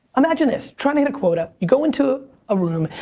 imagine this, trying to hit a quota. you go into a room,